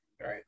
Right